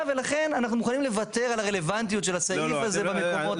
ולכן אנחנו מוכנים לוותר על הרלוונטיות של הסעיף הזה במקומות הללו.